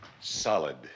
solid